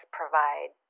provide